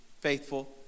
faithful